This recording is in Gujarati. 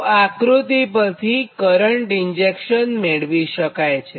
તો આ આકૃતિ પરથી કરંટ ઇન્જેક્શન મેળવી શકાય છે